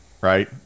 right